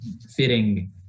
fitting